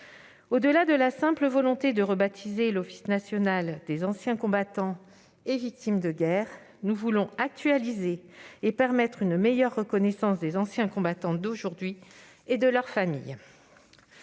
Au-delà de la simple volonté de rebaptiser l'Office national des anciens combattants et victimes de guerre, nous voulons actualiser et permettre une meilleure reconnaissance des anciens combattants d'aujourd'hui et de leurs familles.